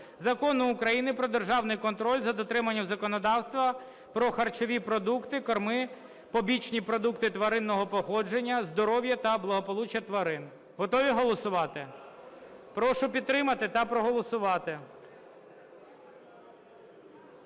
Закону України "Про державний контроль за дотриманням законодавства про харчові продукти, корми, побічні продукти тваринного походження, здоров'я та благополуччя тварин. Готові голосувати? Прошу підтримати та проголосувати.